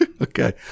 Okay